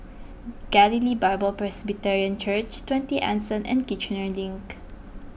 Galilee Bible Presbyterian Church twenty Anson and Kiichener Link